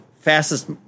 fastest